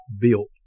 built